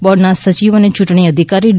બોર્ડના સચિવ અને ચૂંટણી અધિકારી ડી